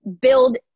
build